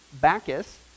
Bacchus